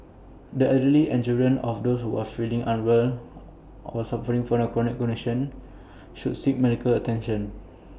the elderly and children of those who are feeling unwell or suffering from chronic conditions should seek medical attention